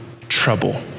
trouble